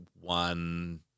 one